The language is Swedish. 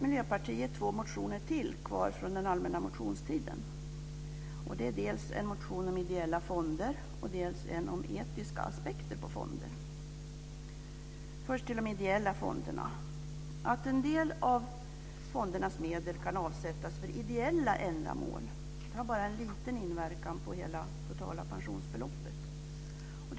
Miljöpartiet har också kvar två motioner från den allmänna motionstiden, dels en motion om ideella fonder, dels en motion om etiska aspekter på fonder. Först beträffande de ideella fonderna: att en del av fondernas medel kan avsättas för ideella ändamål har bara liten inverkan på det totala pensionsbeloppet.